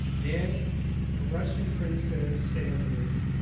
then a russian princess sailed in.